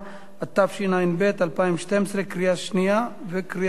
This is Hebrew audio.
התשע"ב 2012, לקריאה שנייה וקריאה שלישית.